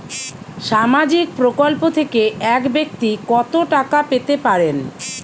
সামাজিক প্রকল্প থেকে এক ব্যাক্তি কত টাকা পেতে পারেন?